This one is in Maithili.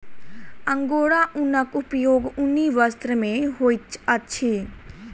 अंगोरा ऊनक उपयोग ऊनी वस्त्र में होइत अछि